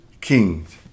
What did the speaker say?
Kings